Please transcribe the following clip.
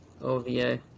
OVA